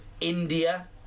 India